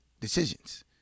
decisions